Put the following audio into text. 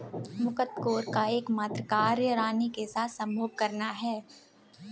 मुकत्कोर का एकमात्र कार्य रानी के साथ संभोग करना है